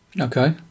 Okay